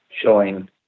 showing